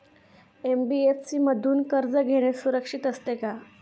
NBFC मधून कर्ज घेणे सुरक्षित असते का?